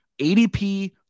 ADP